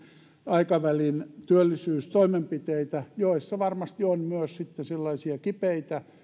aikavälin työllisyystoimenpiteitä joissa varmasti on myös sellaisia kipeitä